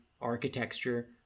architecture